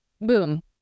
Boom